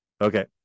okay